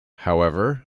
however